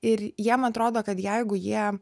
ir jiem atrodo kad jeigu jie